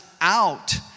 out